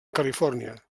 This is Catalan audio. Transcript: califòrnia